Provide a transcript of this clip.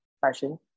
fashion